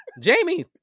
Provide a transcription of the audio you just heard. Jamie